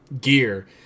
gear